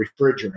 refrigerant